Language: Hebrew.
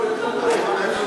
לא, יש לנו עוד.